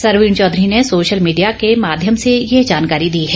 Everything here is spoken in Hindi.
सरवीण चौधरी ने सोशल मीडिया के माध्यम से ये जानकारी दी है